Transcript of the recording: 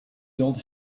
gold